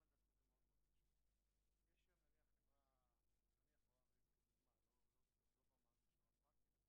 יחולו הוראות פרק זה בעניין בקשה לרישיון,